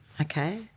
Okay